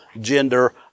gender